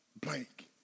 blank